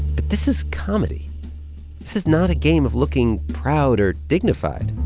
but this is comedy this is not a game of looking proud or dignified.